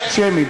שמית.